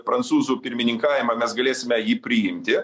prancūzų pirmininkavimą mes galėsime jį priimti